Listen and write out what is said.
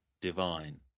divine